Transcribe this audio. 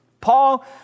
Paul